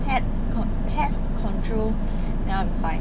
pets con~ pest control then I'm fine